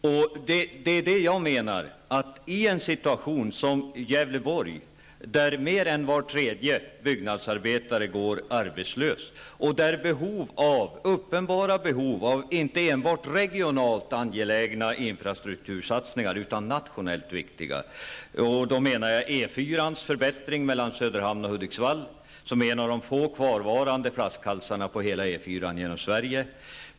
I Gävleborg har man en situation där mer än var tredje byggnadsarbetare går arbetslös. Det finns uppenbara behov av inte enbart regionalt angelägna infrastruktursatsningar utan även av nationellt viktiga satsningar. Jag avser t.ex. en förbättring av E 4-an mellan Söderhamn och Hudiksvall. Det är en av de få kvarvarande flaskhalsarna på E 4-an genom Sverige.